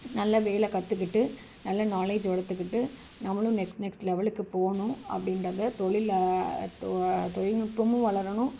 நல்லா வேலை கற்றுக்கிட்டு நல்லா நாலேஜ் வளர்த்துக்கிட்டு நம்மளும் நெக்ஸ்ட் நெக்ஸ்ட் லெவலுக்கு போகணும் அப்படின்றதை தொழில தொ தொழில்நுட்பமும் வளரணும்